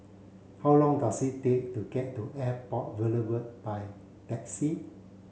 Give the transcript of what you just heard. how long does it take to get to Airport Boulevard by taxi